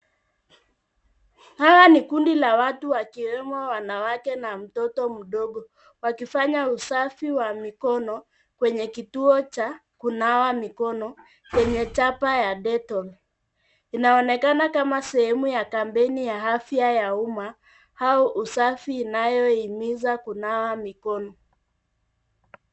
Hawa ni kundi la watu wakiwemo wanawake na mtoto mdogo wakifanya usafi wa mikono kwenye kituo cha kunawa mikono kwenye chapa ya detol, inaonekana kama sehemu ya kampeni ya afya ya umma au usafi inayohimiza kunawa mikono.